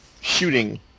Shooting